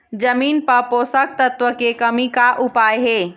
जमीन म पोषकतत्व के कमी का उपाय हे?